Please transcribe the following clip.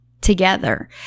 together